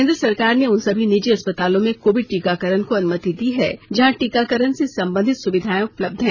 केन्द्र सरकार ने उन सभी निजी अस्पतालों में कोविड टीकाकरण को अनुमति दी है जहां टीकाकरण से संबधित सुविधाएं उपलब्ध हैं